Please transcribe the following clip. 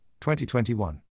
2021